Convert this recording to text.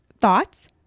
thoughts